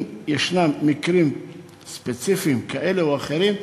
אם יש מקרים ספציפיים כאלה ואחרים,